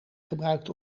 gebruikt